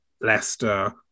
Leicester